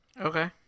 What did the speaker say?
Okay